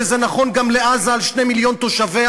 וזה נכון גם לעזה על 2 מיליון תושביה